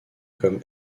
comme